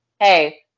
Hey